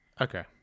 Okay